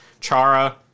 Chara